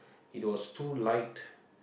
it was too light